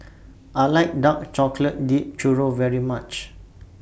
I like Dark Chocolate Dipped Churro very much